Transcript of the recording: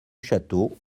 château